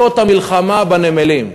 אותות המלחמה בנמלים.